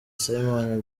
simon